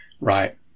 Right